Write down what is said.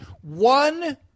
one